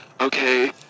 okay